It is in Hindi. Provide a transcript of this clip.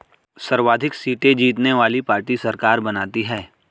सर्वाधिक सीटें जीतने वाली पार्टी सरकार बनाती है